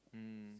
mm